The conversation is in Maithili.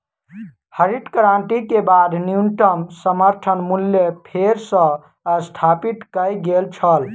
हरित क्रांति के बाद न्यूनतम समर्थन मूल्य फेर सॅ स्थापित कय गेल छल